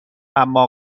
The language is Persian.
اما